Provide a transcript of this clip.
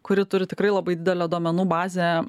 kuri turi tikrai labai didelę duomenų bazę